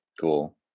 Cool